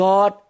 God